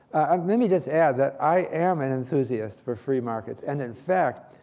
um me me just add that i am an enthusiast for free markets. and in fact,